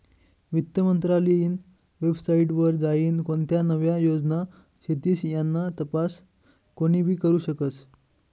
वित्त मंत्रालयनी वेबसाईट वर जाईन कोणत्या नव्या योजना शेतीस याना तपास कोनीबी करु शकस